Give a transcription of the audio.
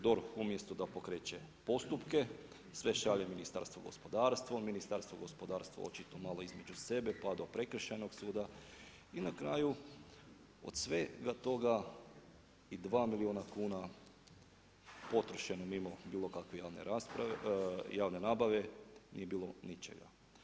DORH umjesto da pokreće postupke, sve šalje Ministarstvu gospodarstva, Ministarstvo gospodarstva, očito tu malo između sebe, pa do prekršajnog suda i na kraju od svega toga i 2 milijuna kuna potrošeno mimo, bilo kakve javne nabave, nije bilo ničega.